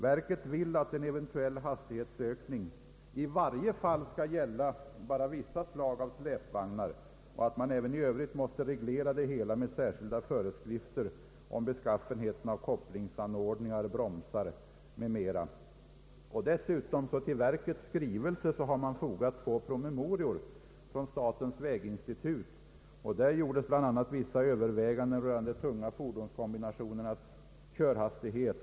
Verket vill alt en eventuell hastighetsökning i varje fall skall gälla bara vissa slag av släpvagnar och att man även i övrigt måste reglera det hela med särskilda föreskrifter om beskaffenheten av kopplingsanordningar, bromsar m.m. Till trafiksäkerhetsverkets skrivelse har dessutom fogats två promemorior från statens väginstitut. I dessa görs bl.a. vissa överväganden rörande tunga fordonskombinationers körhastighet.